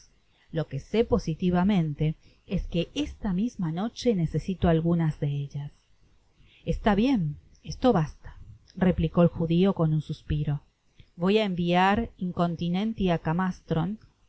lo que sé positivamente es que esta misma noche necesito algunas de ellas está bien esto basta replicó el judio con un suspirovoy á enviar incontinenti